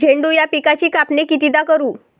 झेंडू या पिकाची कापनी कितीदा करू?